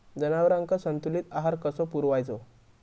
जनावरांका संतुलित आहार कसो पुरवायचो?